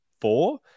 four